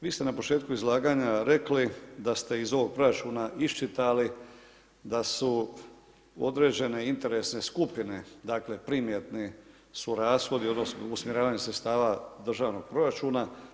Vi ste na početku izlaganja rekli da ste iz ovog proračuna iščitali da su određene interesne skupine, dakle primjetni su rashodi, odnosno usmjeravanje sredstava državnog proračuna.